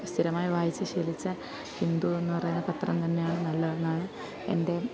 സ്ഥിരമായി വായിച്ച് ശീലിച്ച ഹിന്ദു എന്ന് പറയുന്ന പത്രം തന്നെയാണ് നല്ലതെന്നാണ് എൻ്റെ അഭിപ്രായം